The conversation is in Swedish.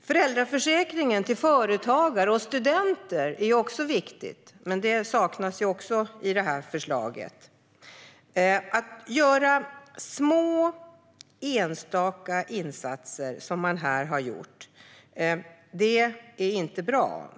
Föräldraförsäkringen till företagare och studenter är också viktig, men även den saknas i det här förslaget. Att göra små enstaka insatser, som man här har gjort, är inte bra.